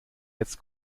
jetzt